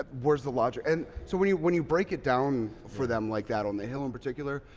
ah where's the logic? and so when you when you break it down for them like that, on the hill in particular,